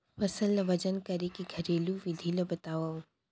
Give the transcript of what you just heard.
फसल ला वजन करे के घरेलू विधि ला बतावव?